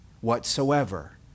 whatsoever